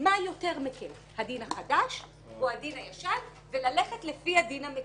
מה יותר מקל הדין החדש או הדין הישן וללכת לפי הדין המקל,